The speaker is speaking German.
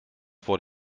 vor